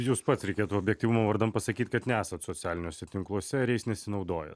jūs pats reikėtų objektyvumo vardan pasakyt kad nesat socialiniuose tinkluose ir jais nesinaudoja